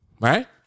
Right